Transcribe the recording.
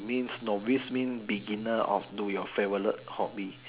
means novice mean beginner of to your favourite hobby